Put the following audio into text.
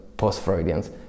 post-Freudians